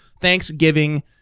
Thanksgiving